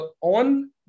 on